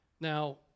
Now